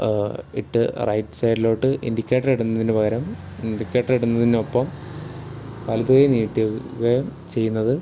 ഇട്ട് റൈറ്റ് സൈഡിലോട്ട് ഇൻഡിക്കേറ്റർ ഇടുന്നതിനുപകരം ഇൻഡിക്കേറ്റർ ഇടുന്നതിതിനൊപ്പം വലതുകൈ നീട്ടുകയും ചെയ്യുന്നത്